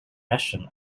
action